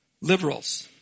Liberals